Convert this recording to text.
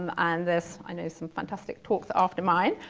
um and this, i know some fantastic talks after mine.